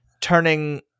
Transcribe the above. turning